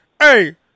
Hey